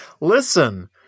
Listen